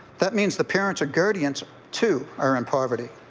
that means the parents are guardians too are in poverty.